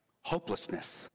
hopelessness